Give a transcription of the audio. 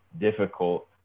difficult